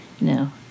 No